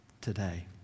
today